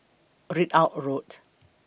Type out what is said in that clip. Ridout Road